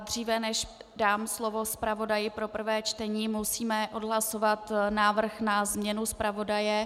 Dříve než dám slovo zpravodaji pro prvé čtení, musíme odhlasovat návrh na změnu zpravodaje.